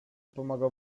pomagał